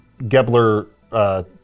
Gebler